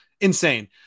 insane